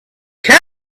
come